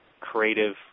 creative